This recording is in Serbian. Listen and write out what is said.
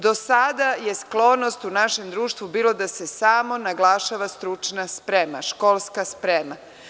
Do sada je sklonost u našem društvu bila da se samo naglašava stručna sprema, školska sprema.